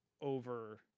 over